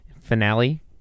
Finale